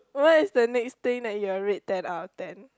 what is the next thing that you will rate ten out of ten